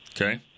Okay